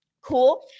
Cool